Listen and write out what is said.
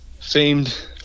famed